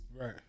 Right